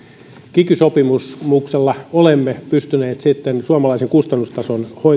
kiky sopimuksella olemme pystyneet suomalaisen kustannustason